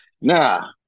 nah